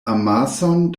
amason